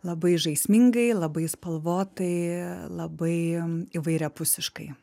labai žaismingai labai spalvotai labai įvairiapusiškai